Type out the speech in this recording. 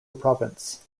province